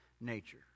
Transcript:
nature